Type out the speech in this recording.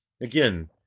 again